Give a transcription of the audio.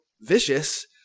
vicious